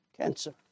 cancer